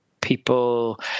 people